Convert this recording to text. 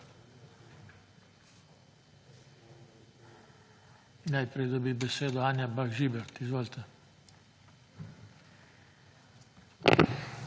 Hvala